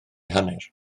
hanner